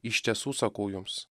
iš tiesų sakau jums